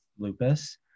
Lupus